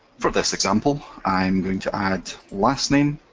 for this example, i'm going to add lastname,